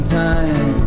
time